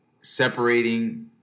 separating